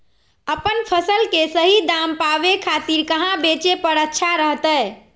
अपन फसल के सही दाम पावे खातिर कहां बेचे पर अच्छा रहतय?